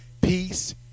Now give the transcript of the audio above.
peace